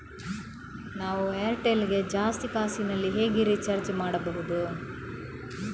ನಾವು ಏರ್ಟೆಲ್ ಗೆ ಜಾಸ್ತಿ ಕಾಸಿನಲಿ ಹೇಗೆ ರಿಚಾರ್ಜ್ ಮಾಡ್ಬಾಹುದು?